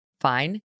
Fine